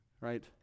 Right